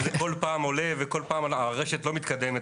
אם זה כל פעם עולה וכל פעם הרשת לא מתקדמת,